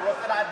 הוא רוצה,